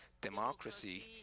democracy